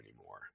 anymore